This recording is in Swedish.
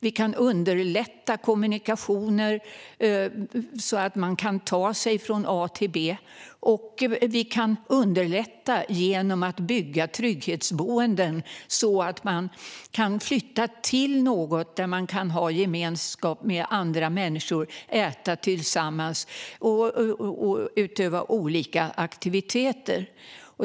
Vi kan underlätta kommunikationerna så att man kan ta sig från A till B, och vi kan underlätta genom att bygga trygghetsboenden så att man kan flytta till en plats där man kan ha gemenskap med andra människor, äta tillsammans och utöva olika aktiviteter.